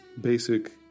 basic